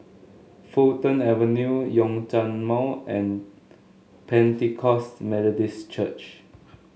Fulton Avenue Zhongshan Mall and Pentecost Methodist Church